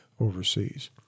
overseas